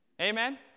Amen